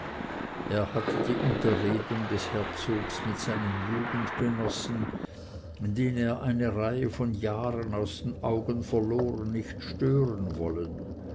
er hatte die unterredung des herzogs mit seinem jugendgenossen den er eine reihe von jahren aus den augen verloren nicht stören wollen